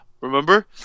remember